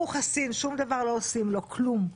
הוא חסין, שום דבר לא עושים לו, כלום.